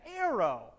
arrow